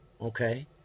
okay